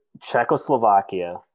Czechoslovakia